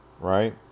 right